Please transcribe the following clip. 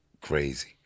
crazy